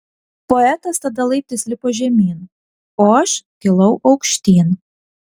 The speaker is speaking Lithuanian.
poetas tada laiptais lipo žemyn o aš kilau aukštyn